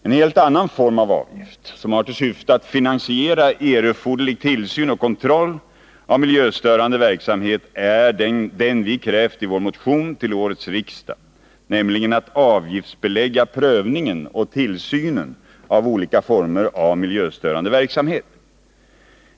En helt annan form av avgift som har till syfte att finansiera erforderlig tillsyn och kontroll av miljöstörande verksamhet är den vi har krävt i vår motion till årets riksdag, nämligen en avgift för prövningen och tillsynen av olika former av miljöstörande verksamhet.